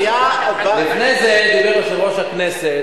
לפני זה דיבר יושב-ראש הכנסת,